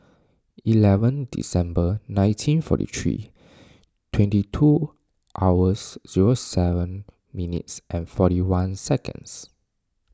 eleven December nineteen forty three twenty two hours zero seven minutes and forty one seconds